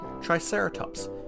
Triceratops